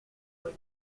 peux